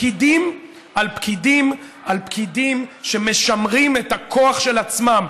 פקידים על פקידים על פקידים שמשמרים את הכוח של עצמם.